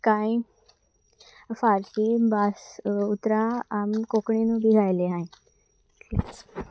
कांय फार्सी भास उतरां आमी कोंकणीनूय बी घायलें आहांय